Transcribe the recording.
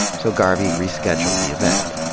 so garvey rescheduled the event.